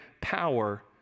power